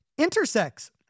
intersex